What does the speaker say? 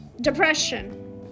depression